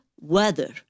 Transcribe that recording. weather